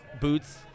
boots